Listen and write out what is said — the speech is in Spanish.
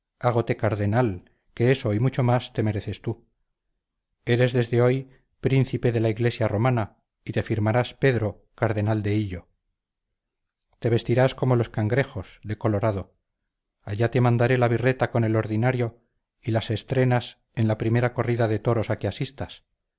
hágote cardenal que eso y mucho más te mereces tú eres desde hoy príncipe de la iglesia romana y te firmarás pedro cardenal de hillo te vestirás como los cangrejos de colorado allá te mandaré la birreta con el ordinario y la estrenas en la primera corrida de toros a que asistas